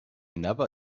never